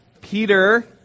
Peter